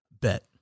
bet